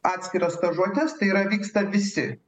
atskiras stažuotes tai yra vyksta visi